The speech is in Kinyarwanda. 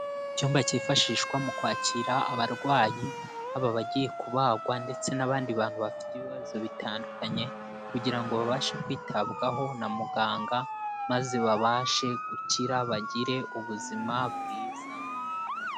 Icyumba cyifashishwa mu kwakira abarwayi, haba abagiye kubagwa ndetse n'abandi bantu bafite ibibazo bitandukanye kugira ngo babashe kwitabwaho na muganga, maze babashe gukira bagire ubuzima bwiza.